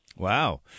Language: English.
Wow